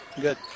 good